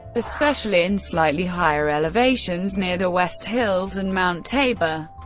especially in slightly higher elevations near the west hills and mount tabor,